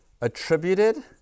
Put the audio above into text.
attributed